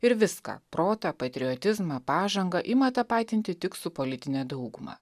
ir viską protą patriotizmą pažangą ima tapatinti tik su politine dauguma